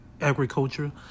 agriculture